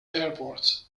airport